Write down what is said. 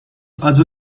also